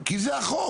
כי זה החוק.